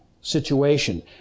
situation